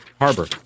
Harbor